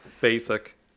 basic